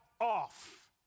off